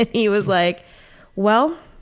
he was like well,